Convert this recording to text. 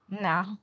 No